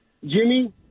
Jimmy